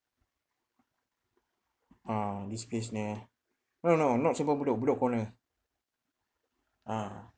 ah this place near no no no not simpang bedok bedok corner ah